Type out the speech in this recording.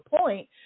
point